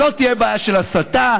ולא תהיה בעיה של הסתה,